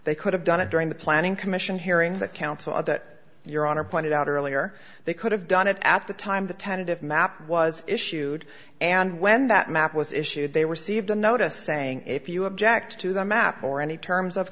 they could have done it during the planning commission hearing the counsel of that your honor pointed out earlier they could have done it at the time the tentative map was issued and when that map was issued they were sieved a notice saying if you object to the map or any terms of